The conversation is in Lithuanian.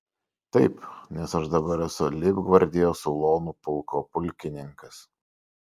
taip nes aš dabar esu leibgvardijos ulonų pulko pulkininkas